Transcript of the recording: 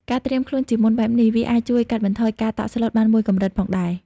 ការត្រៀមខ្លួនជាមុនបែបនេះ វាអាចជួយកាត់បន្ថយការតក់ស្លុតបានមួយកម្រិតផងដែរ។